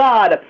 God